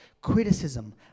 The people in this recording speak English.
criticism